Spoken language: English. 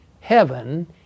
Heaven